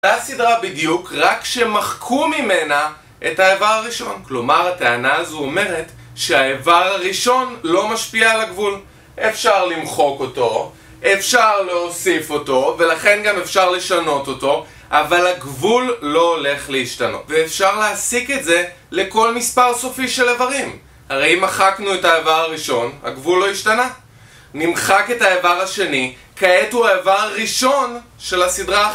אותה הסדרה בדיוק, רק שמחקו ממנה את האיבר הראשון כלומר הטענה הזו אומרת שהאיבר הראשון לא משפיע על הגבול. אפשר למחוק אותו, אפשר להוסיף אותו, ולכן גם אפשר לשנות אותו, אבל הגבול לא הולך להשתנות. ואפשר להסיק את זה לכל מספר סופי של איברים. הרי אם מחקנו את האיבר הראשון הגבול לא השתנה. נמחק את האיבר השני, כעת הוא האיבר ראשון של הסדרה